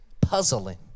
puzzling